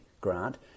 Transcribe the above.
Grant